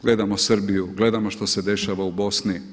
Gledamo Srbiju, gledamo što se dešava u Bosni.